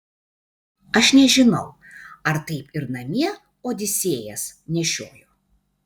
aš nežinau ar taip ir namie odisėjas nešiojo